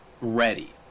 ready